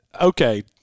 okay